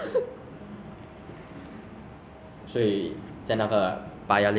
so quarters 是最大间的 lah like within 那个 paya lebar um facilities